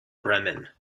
bremen